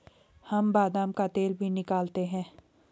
हम बादाम का तेल भी निकालते हैं